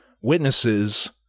witnesses